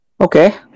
Okay